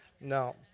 No